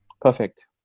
perfect